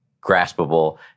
graspable